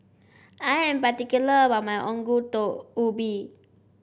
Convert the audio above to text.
I am particular about my Ongol Ubi